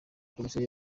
komisiyo